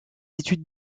études